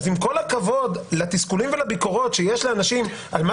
אז עם כל הכבוד לתסכולים ולביקורות שיש לאנשים על מה